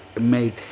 made